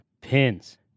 pins